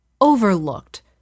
overlooked